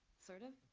sort of,